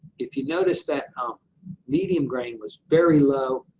if you notice that um medium grain was very low,